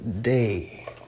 day